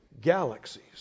galaxies